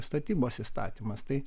statybos įstatymas tai